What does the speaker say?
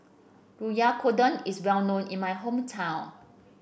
Oyakodon is well known in my hometown